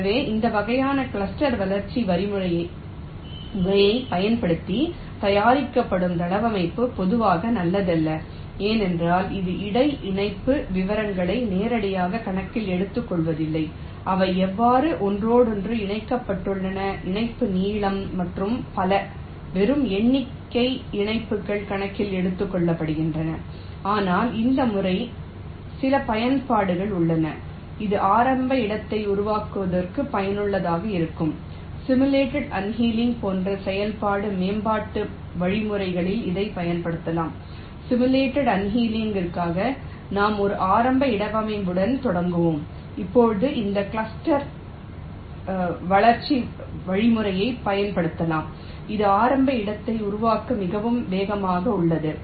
எனவே இந்த வகையான கிளஸ்டர் வளர்ச்சி வழிமுறைகளைப் பயன்படுத்தி தயாரிக்கப்படும் தளவமைப்பு பொதுவாக நல்லதல்ல ஏனென்றால் இது இடை இணைப்பு விவரங்களை நேரடியாக கணக்கில் எடுத்துக்கொள்வதில்லை அவை எவ்வாறு ஒன்றோடொன்று இணைக்கப்பட்டுள்ளன இணைப்பு நீளம் மற்றும் பல வெறும் எண்ணிக்கை இணைப்புகள் கணக்கில் எடுத்துக்கொள்ளப்படுகின்றன ஆனால் இந்த முறைக்கு சில பயன்பாடுகள் உள்ளன இது ஆரம்ப இடத்தை உருவாக்குவதற்கு பயனுள்ளதாக இருக்கும் சிமுலேட் அண்ணேலிங் போன்ற செயல்பாட்டு மேம்பாட்டு வழிமுறைகளில் இதைப் பயன்படுத்தலாம் சிமுலேட் அண்ணேலிங் ற்காக நாம் ஒரு ஆரம்ப இடவமைவுப்புடன் தொடங்குவோம் இப்போது இந்த கிளஸ்டர் வளர்ச்சி வழிமுறையைப் பயன்படுத்தலாம் இது ஆரம்ப இடத்தை உருவாக்க மிகவும் வேகமாக உள்ளது